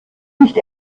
nicht